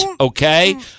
okay